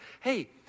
Hey